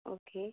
okay